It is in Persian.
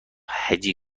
هجی